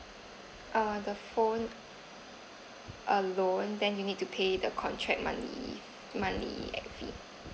uh the phone alone then you need to pay the contract monthly monthly fee